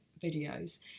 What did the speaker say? videos